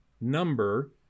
number